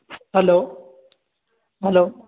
hello hello